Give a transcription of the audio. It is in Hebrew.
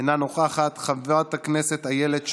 אינה נוכחת, חברת הכנסת איילת שקד,